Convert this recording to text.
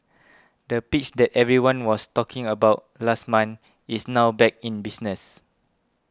the pitch that everyone was talking about last month is now back in business